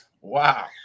Wow